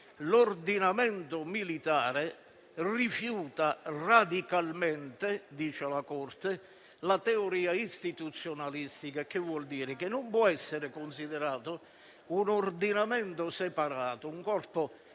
l'ordinamento militare rifiuta radicalmente - dice la Corte - la teoria istituzionalistica. Ciò vuol dire che non può essere considerato un ordinamento separato, un corpo estraneo,